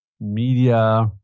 media